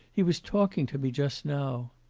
he was talking to me just now